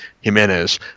jimenez